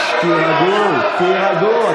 אתה לא, להם.